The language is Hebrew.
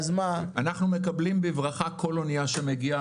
אנחנו מקבלים בברכה כל אונייה שמגיעה.